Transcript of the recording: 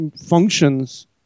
functions